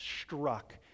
struck